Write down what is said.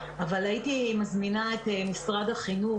אבל הייתי מזמינה את משרד החינוך